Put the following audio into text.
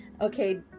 Okay